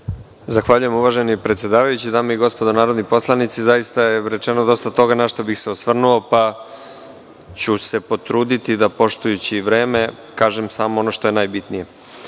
Zahvaljujem uvaženi predsedavajući, dame i gospodo narodni poslanici, zaista je rečeno dosta toga, na šta bih se osvrnu, pa ću se potruditi poštujući vreme, kažem ono što je najbitnije. Vrlo